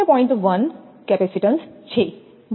1 C છે જ્યાં K 0